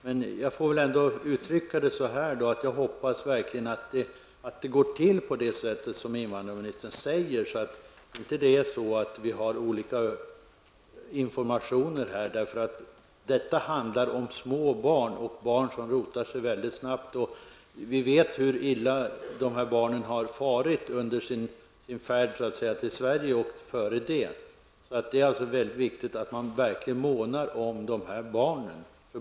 Får jag ändå uttrycka det som så att jag hoppas verkligen att det går till på det sätt som invandrarministern säger, att vi inte har olika informationer, för här handlar det om småbarn som rotar sig väldigt snabbt. Vi vet hur illa dessa barn har farit under sin färd till Sverige och dessförinnan. Det är alltså väldigt viktigt att man verkligen månar om dessa barn.